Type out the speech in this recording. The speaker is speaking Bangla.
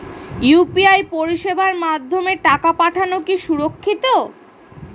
ইউ.পি.আই পরিষেবার মাধ্যমে টাকা পাঠানো কি সুরক্ষিত?